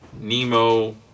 Nemo